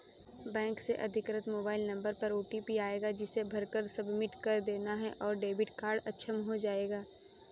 bank से अधिकृत mobile number पर ओटीपी आएगा जिसे भरकर सबमिट कर देना है और डेबिट कार्ड अक्षम हो जाएगा